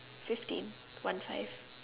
fifteen one five